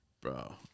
bro